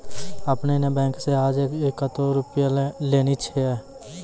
आपने ने बैंक से आजे कतो रुपिया लेने छियि?